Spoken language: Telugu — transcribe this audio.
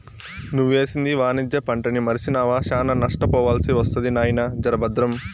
నువ్వేసింది వాణిజ్య పంటని మర్సినావా, శానా నష్టపోవాల్సి ఒస్తది నాయినా, జర బద్రం